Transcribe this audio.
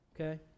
Okay